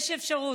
יש אפשרות,